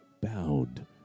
Bound